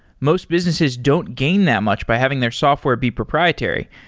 most businesses don't gain that much by having their software be proprietary.